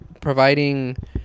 providing